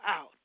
out